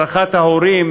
את הדרכת ההורים.